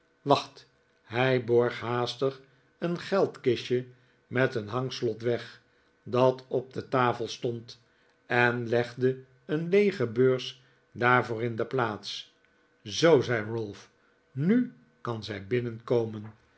wacht hij borg haastig een geldkistje met een hangslot weg dat op de tafel stond en legde een leege beurs daarvoor in de plaats zoo zei ralph nu kan zij binnenkomen